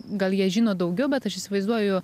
gal jie žino daugiau bet aš įsivaizduoju